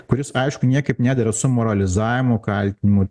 kuris aišku niekaip nedera su moralizavimu kaltinimu